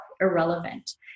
irrelevant